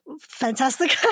Fantastic